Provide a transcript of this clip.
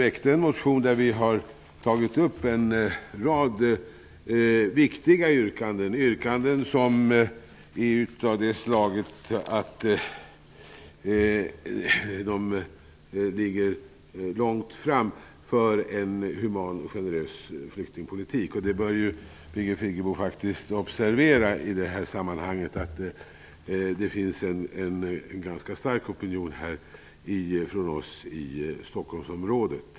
I den motionen tar vi upp en rad viktiga yrkanden som är av det slaget att de ligger långt framme när det gäller detta med en human och generös flyktingpolitik. I det här sammanhanget bör Birgit Friggebo faktiskt observera att det finns en ganska stark opinion bland oss i Stockholmsområdet.